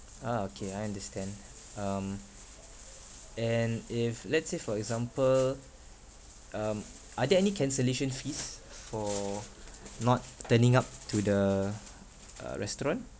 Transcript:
ah okay I understand um and if let's say for example um are there any cancellation fees for not turning up to the uh restaurant